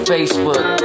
Facebook